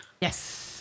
Yes